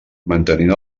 mantenint